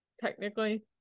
technically